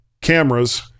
cameras